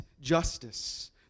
justice